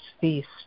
feast